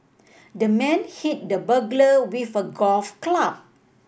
the man hit the burglar with a golf club